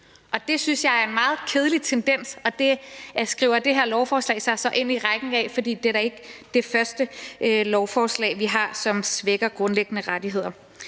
og det synes jeg er en meget kedelig tendens. Det skriver det her lovforslag sig så ind i rækken af, for det er da ikke det første lovforslag, vi har, som svækker grundlæggende rettigheder.